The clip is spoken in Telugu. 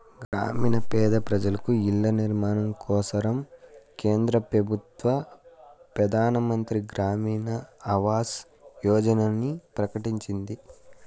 గ్రామీణ పేద పెజలకు ఇల్ల నిర్మాణం కోసరం కేంద్ర పెబుత్వ పెదానమంత్రి గ్రామీణ ఆవాస్ యోజనని ప్రకటించింది